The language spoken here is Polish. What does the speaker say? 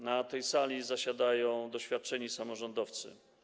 Na tej sali zasiadają doświadczeni samorządowcy.